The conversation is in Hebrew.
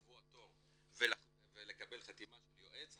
לקבוע תור ולקבל חתימה של יועץ,